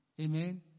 Amen